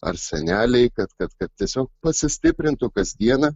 ar senelei kad kad kad tiesiog pasistiprintų kasdieną